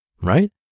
right